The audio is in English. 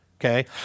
okay